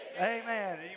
Amen